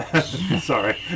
sorry